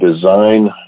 design